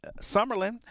Summerlin